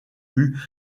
rue